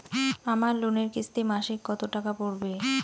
আমার লোনের কিস্তি মাসিক কত টাকা পড়বে?